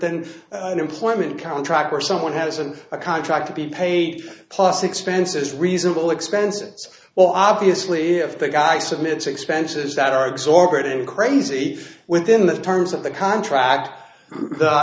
than an employment contract where someone has an a contract to be paid plus expenses reasonable expenses well obviously if the guy submits expenses that are exorbitant crazy within the terms of the contract the